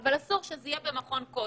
אבל אסור שזה יהיה במכון כושר,